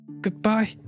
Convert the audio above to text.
goodbye